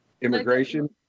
immigration